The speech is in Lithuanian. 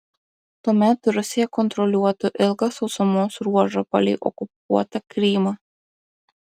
tuomet rusija kontroliuotų ilgą sausumos ruožą palei okupuotą krymą